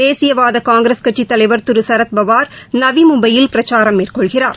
தேசியவாதகாங்கிரஸ் கட்சித் தலைவர் திருசரத்பவார் நவிமும்பையில் பிரச்சாரம் மேற்கொள்கிறார்